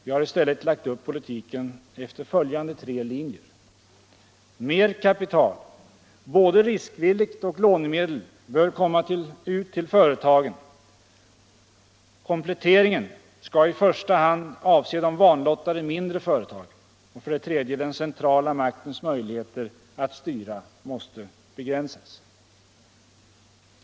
Vi har i stället lagt upp politiken efter följande tre linjer: mer kapital, både riskvilligt och lånemedel, bör komma ut till företagen, kompletteringen skall i första hand avse de vanlottade mindre företagen, den centrala maktens möjligheter att styra måste begränsas.